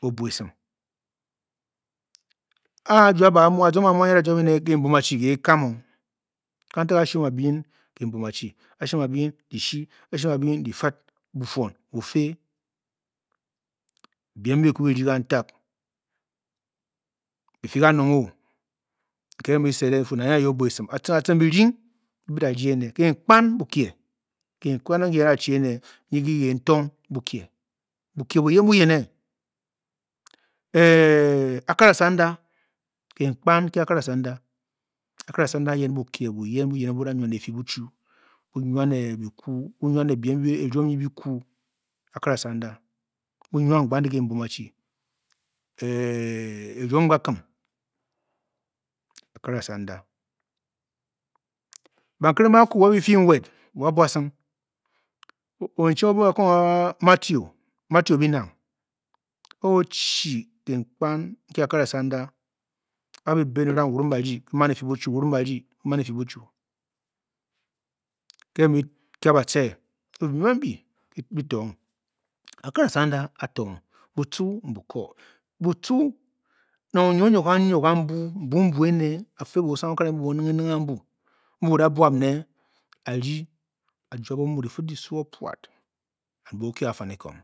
Aa-juab ba a muu, a zong ba muu mbe a-da juab ene kien bnam achi ke-kam o kantag ashuon a-bi nyi kenbuam achi, a-shuam a-bi nyin dishi. ashuam a-bi myin difid. bufuon bu fě btem mbi bi ku rdi kantag bi fe kanung o. nke bi mu bise deng bi fuu nang ye nang ye o-bua esim atciring atciring birding mbi bi da rdi+ene, kenkpan bukie. kenkpan aki ene nki ki kentong bukie. bukie buyen buyene. Akara-a sanda. kenkpan nki akra-asanda. akara-asanda ayen bukie buyen buyene mbuu. bu da nwa ne efi buchwu. bunwane bi kwuu. bu nwane. biem mbi e ruom nyi bi keuu akara-sanda. bu nwa gegbaad ne kembuam achi e ruom gakim. akara-sanda bankere mbe akwu. ke bifi nwed wa bua sing. onyi cheng mu obonghe ba kang a a. Matthew binang. ǒ-chi kenkpean nki akra-asanda. a bi bẹ ene orang. wurung ba rdi. ki maan efi buchwu. Ke bi mu kia batce bi fu biem ambi bi tong. akra-asanda atong. butch mbu ko. Butcu. nang o-nyio o-nyio ke a nyio gambu. mbu bu ene. a-fe bo-o sang okare mu bo-o nighe nighe ambu. mbu. bu da buạm nne a-rdi a-juab omu. difid ki suu o puad and buu-kie o ofanikong.